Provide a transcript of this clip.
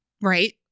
Right